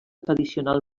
tradicional